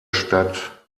stadt